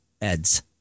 eds